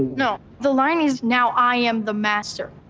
no, the line is, now i am the master.